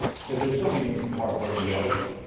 so there's so many moving parts. what have you noticed?